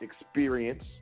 experience